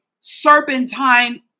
serpentine